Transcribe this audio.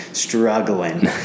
struggling